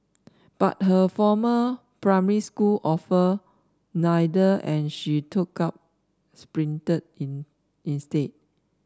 but her former primary school offered neither and she took up sprinting in instead